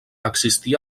existí